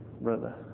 brother